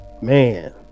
man